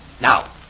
Now